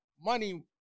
money